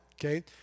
Okay